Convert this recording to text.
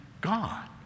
God